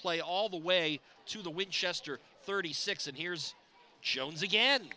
play all the way to the winchester thirty six and here's jones again